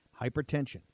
Hypertension